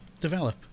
develop